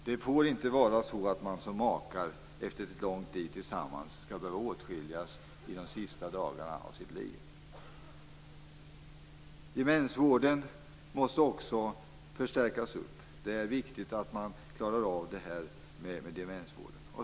Det får inte vara så att makar efter ett långt liv tillsammans skall behöva åtskiljas de sista dagarna av sina liv. Demensvården måste också förstärkas. Det är viktigt att man klarar av demensvården.